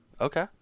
Okay